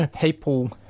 people